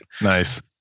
Nice